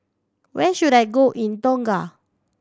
where should I go in Tonga